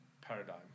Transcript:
paradigm